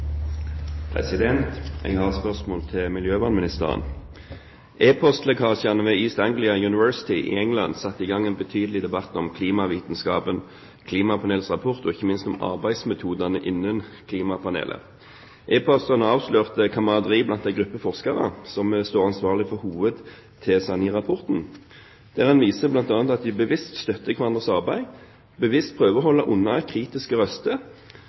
Jeg har et spørsmål til miljøvernministeren. E-postlekkasjene ved East Anglia University i England satte i gang en betydelig debatt om klimavitenskapen, klimapanelets rapport og ikke minst om arbeidsmetodene innen klimapanelet. E-postene avslørte kameraderi blant en gruppe forskere som står ansvarlig for hovedtesene i rapporten, og viser bl.a. at de bevisst støtter hverandres arbeid, bevisst prøver å holde unna kritiske røster,